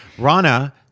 Rana